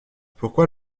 pourquoi